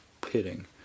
pitting